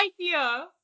idea